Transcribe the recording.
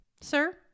Sir